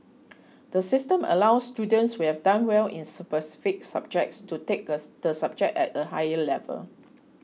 the system allows students who have done well in specific subjects to take the subject at a higher level